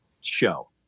show